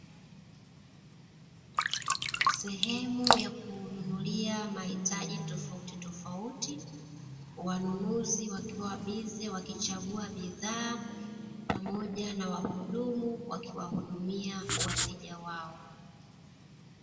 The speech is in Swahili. Sehemu ya kununulia mahitaji tofautitofauti wanunuzi wakiwa bize wakichagua bidhaa, pamoja na wahudumu wakiwahudumia wateja wao.